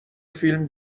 فیلم